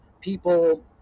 people